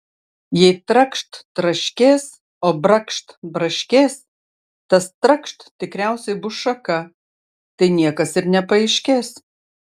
jei trakšt traškės o brakšt braškės tas trakšt tikriausiai bus šaka tai niekas ir nepaaiškės